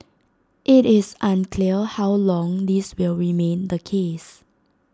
IT is unclear how long this will remain the case